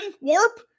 Warp